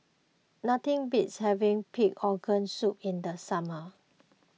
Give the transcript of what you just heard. nothing beats having Pig Organ Soup in the summer